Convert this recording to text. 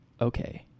okay